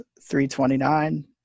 329